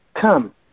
Come